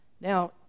Now